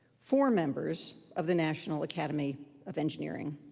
four members of the national academy of engineering,